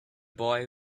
boy